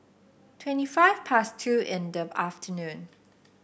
twenty five past two in the afternoon